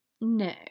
No